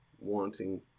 wanting